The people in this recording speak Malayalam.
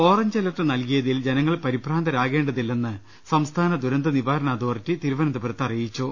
ഓറഞ്ച് അലർട്ട് നൽകിയതിൽ ജനങ്ങൾ പരിഭ്രാന്തരാകേണ്ടതില്ലെന്ന് സംസ്ഥാന ദുരന്ത നിവാരണ അതോറിറ്റി തിരുവനന്തപുരത്ത് അറിയിച്ചു